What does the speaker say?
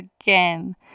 again